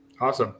Awesome